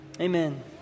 Amen